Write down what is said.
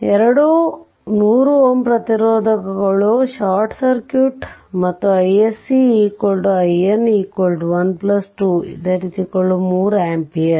ಎರಡೂ 100 Ω ಪ್ರತಿರೋಧಕಗಳು short circuit ಮತ್ತು iSC IN 1 2 3 ಆಂಪಿಯರ್